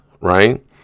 right